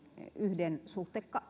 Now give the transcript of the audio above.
yhden suhde